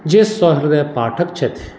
जे सौहृदय पाठक छथि